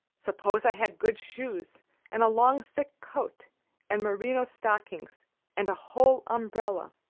suppose i had good shoes and a long, thick coat and merino stockings and a whole umbrella.